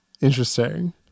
Interesting